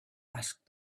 asked